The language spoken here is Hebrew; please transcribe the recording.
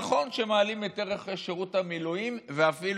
נכון שמעלים את ערך שירות המילואים ואפילו